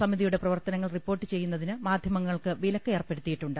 സമിതിയുടെ പ്രവർത്തനങ്ങൾ റിപ്പോർട്ട് ചെയ്യുന്നതിന് മാധ്യമ ങ്ങൾക്ക് വിലക്ക് ഏർപ്പെടുത്തിയിട്ടുണ്ട്